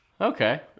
Okay